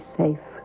safe